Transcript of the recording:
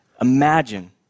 Imagine